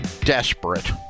desperate